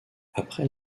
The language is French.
après